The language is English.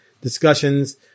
discussions